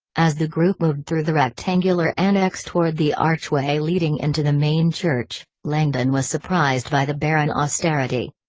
as the group moved through the rectangular annex toward the archway leading into the main church, langdon was surprised by the barren austerity.